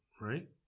right